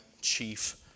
chief